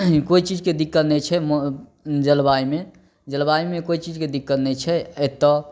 कोइ चीजके दिक्कत नहि छै मे जलवायुमे जलवायुमे कोइ चीजके दिक्कत नहि छै एतऽ